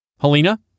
Helena